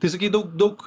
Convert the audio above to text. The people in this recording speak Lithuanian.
tai sakei daug daug